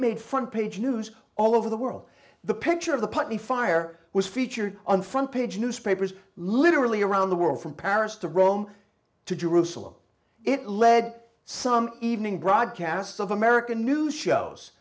made front page news all over the world the picture of the putney fire was featured on the front page newspapers literally around the world from paris to rome to jerusalem it led some evening broadcasts of america new shows